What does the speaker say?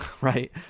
right